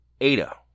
Ada